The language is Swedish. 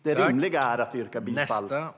Det rimliga är att yrka bifall till propositionen.